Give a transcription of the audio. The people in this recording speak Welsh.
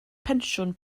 pensiwn